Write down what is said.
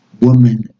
woman